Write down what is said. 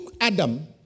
adam